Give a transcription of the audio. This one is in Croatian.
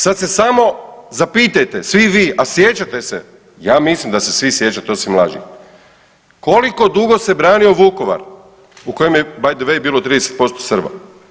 Sad se samo zapitajte svi vi, a sjećate se, ja mislim da se svi sjećate osim mlađih, koliko dugo se branio Vukovar u kojem je by the way bilo 30% Srba.